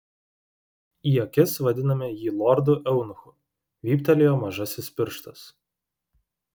į akis vadiname jį lordu eunuchu vyptelėjo mažasis pirštas